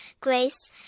grace